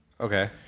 okay